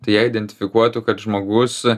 tai jei identifikuotų kad žmogus